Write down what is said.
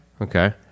Okay